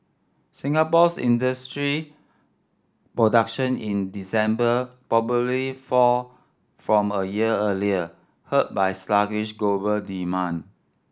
Singapore's industry production in December probably fall from a year earlier hurt by sluggish global demand